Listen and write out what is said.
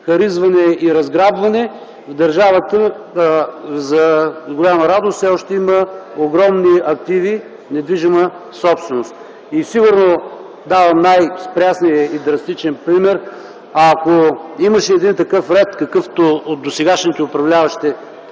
харизване и разграбване, но държавата за голяма радост все още има огромни активи – недвижима собственост. И сигурно давам най-пресния и драстичен пример – ако имаше един такъв ред, какъвто досегашните управляващи